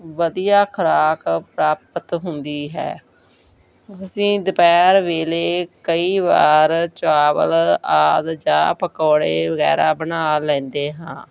ਵਧੀਆ ਖੁਰਾਕ ਪ੍ਰਾਪਤ ਹੁੰਦੀ ਹੈ ਅਸੀਂ ਦੁਪਹਿਰ ਵੇਲੇ ਕਈ ਵਾਰ ਚਾਵਲ ਆਦਿ ਚਾਹ ਪਕੌੜੇ ਵਗੈਰਾ ਬਣਾ ਲੈਂਦੇ ਹਾਂ